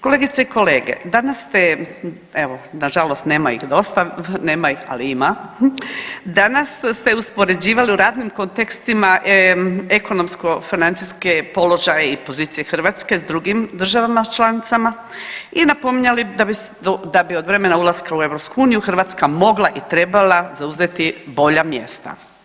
Kolegice i kolege, danas ste evo, nažalost nema ih dosta, nema ih, ali ima, danas ste uspoređivali u raznim kontekstima ekonomsko-financijske položaje i pozicije Hrvatske s drugim državama članicama i napominjali da bi od vremena ulaska u EU Hrvatska mogla i trebala zauzeti bolja mjesta.